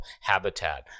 Habitat